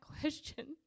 question